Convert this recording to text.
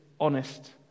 honest